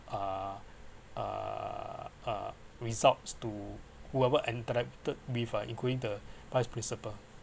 uh uh uh results to whoever interacted with uh including the vice principal